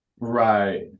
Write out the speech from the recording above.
right